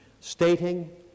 stating